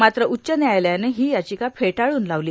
मात्र उच्च न्यायालयाने ही याचिका फेटाळून लावली